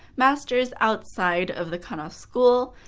masters outside of the kano school,